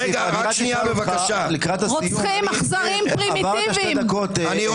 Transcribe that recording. רוחצים אכזריים פרימיטיביים,